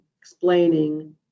explaining